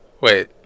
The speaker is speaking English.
Wait